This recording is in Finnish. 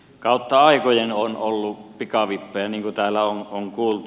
kautta aikojen on ollut pikavippejä niin kuin täällä on kuultu